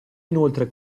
inoltre